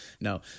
no